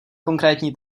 konkrétní